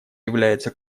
является